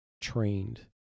trained